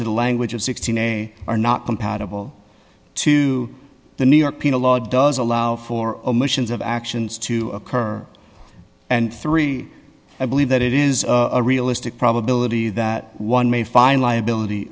to the language of sixteen a are not compatible to the new york penal law does allow for omissions of actions to occur and three i believe that it is a realistic probability that one may find liability